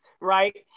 right